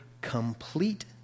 complete